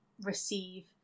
receive